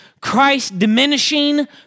Christ-diminishing